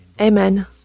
Amen